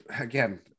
again –